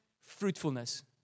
fruitfulness